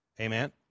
Amen